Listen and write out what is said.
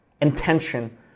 intention